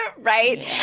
Right